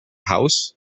house